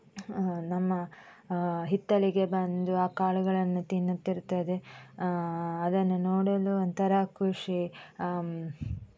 ನಮ್ಮ ಹಿತ್ತಲಿಗೆ ಬಂದು ಆ ಕಾಳುಗಳನ್ನು ತಿನ್ನುತ್ತಿರುತ್ತದೆ ಅದನ್ನು ನೋಡಲು ಒಂಥರ ಖುಷಿ